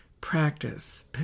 practice